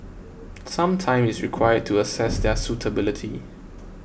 some time is required to assess their suitability